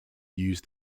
use